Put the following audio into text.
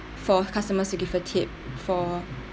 for customers to give a tip for